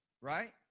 Right